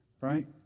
Right